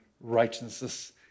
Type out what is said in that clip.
righteousness